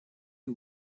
you